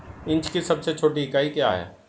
Inch की सबसे छोटी इकाई क्या है?